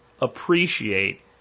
appreciate